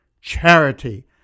Charity